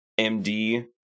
MD